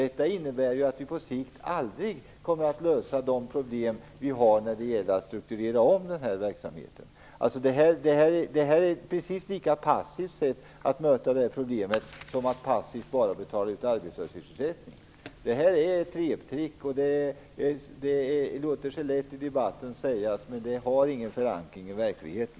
Det innebär att vi på sikt aldrig kommer att lösa de problem vi har när det gäller att strukturera om verksamheten. Det här är ett precis lika passivt sätt att möta problemet som att passivt betala ut arbetslöshetsersättning. Det här är ett reptrick, och det är något som låter sig lätt sägas i debatten. Men det har ingen förankring i verkligheten.